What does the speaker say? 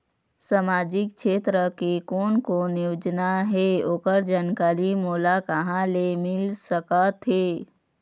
सामाजिक क्षेत्र के कोन कोन योजना हे ओकर जानकारी मोला कहा ले मिल सका थे?